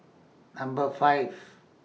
Number five